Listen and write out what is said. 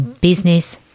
business